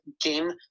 game